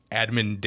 admin